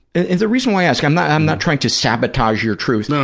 and the reason why i ask, i'm not i'm not trying to sabotage your truth. no,